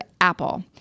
apple